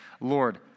Lord